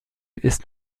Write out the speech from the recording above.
ist